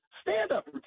stand-up